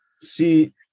See